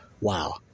Wow